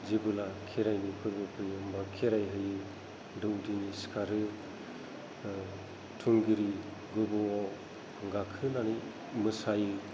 जेबोला खेरायनि फोरबो फैयो होनबा खेराय होयो दौदिनि सिखारो थुंग्रि गोबौवाव गाखोनानै मोसायो